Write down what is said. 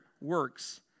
works